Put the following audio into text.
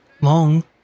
long